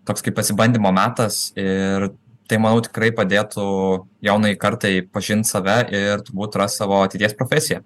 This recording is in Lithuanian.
toks kaip pasibandymo metas ir tai manau tikrai padėtų jaunajai kartai pažint save ir turbūt rast savo ateities profesiją